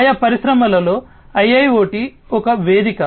ఆయా పరిశ్రమలలో IIoT వేదిక